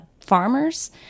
farmers